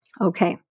Okay